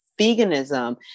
veganism